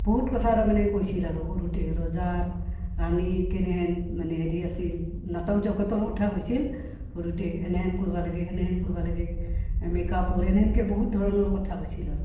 বহুত কথা তাৰ মানে কৈছিল আৰু সৰুতে ৰজাৰ ৰাণীৰ কেনেহেন মানে হেৰি আছিল নাটক জগতৰ কথা কৈছিল সৰুতে এনেহেন কৰিব লাগে সেনেহেন কৰিব লাগে মেক আপৰ এনেহেনকে বহুত ধৰণৰ কথা কৈছিল আৰু